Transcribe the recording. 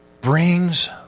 brings